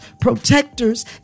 protectors